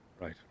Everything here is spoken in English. Right